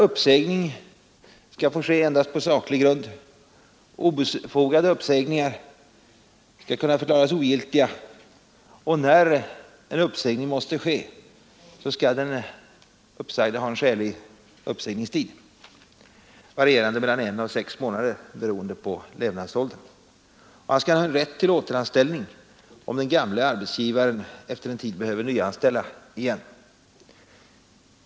Uppsägning skall få ske endast på saklig grund, obefogade uppsägningar skall kunna förklaras ogiltiga och när en uppsägning måste ske skall den uppsagde ha en skälig uppsägningstid, varierande mellan en och sex månader beroende på levnadsåldern. Han skall också ha rätt till återanställning om den gamle arbetsgivaren efter en tid behöver nyanställa igen.